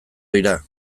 dira